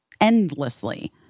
endlessly